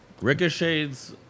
Ricochets